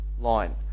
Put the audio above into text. Line